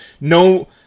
no